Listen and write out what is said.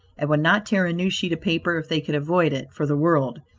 and would not tear a new sheet of paper, if they could avoid it, for the world.